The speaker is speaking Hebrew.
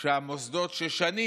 שהמוסדות ששנים